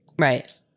Right